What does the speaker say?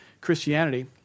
Christianity